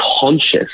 conscious